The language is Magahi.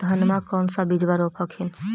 धनमा कौन सा बिजबा रोप हखिन?